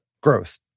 growth